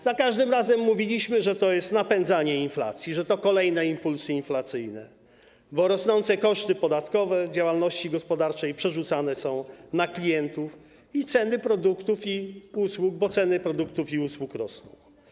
Za każdym razem mówiliśmy, że to jest napędzanie inflacji, że to kolejne impulsy inflacyjne, bo rosnące koszty podatkowe w działalności gospodarczej przerzucane są na klientów i ceny produktów i usług, i ceny produktów i usług rosną.